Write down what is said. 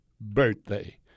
birthday